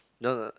no no